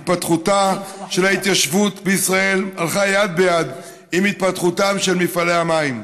התפתחותה של ההתיישבות בישראל הלכה יד ביד עם התפתחותם של מפעלי המים.